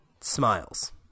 smiles